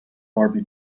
barbie